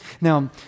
Now